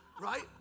right